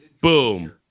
boom